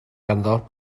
ganddo